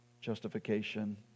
justification